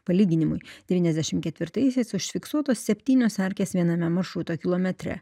palyginimui devyniasdešim ketvirtaisiais užfiksuotos septynios erkės viename maršruto kilometre